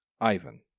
Ivan